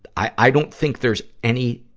i, i don't think there's any,